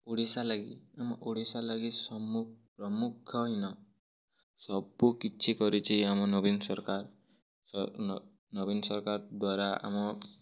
ଓଡ଼ିଶା ଲାଗି ଆମ ଓଡ଼ିଶା ଲାଗି ପ୍ରମୁଖ ହୀନ ସବୁ କିଛି କରିଛି ଆମ ନବୀନ ସରକାର ନବୀନ ସରକାର ଦ୍ଵାରା ଆମ